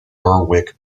berwick